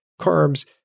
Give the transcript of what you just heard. carbs